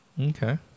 Okay